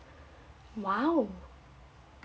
!wow!